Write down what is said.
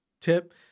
tip